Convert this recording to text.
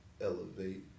elevate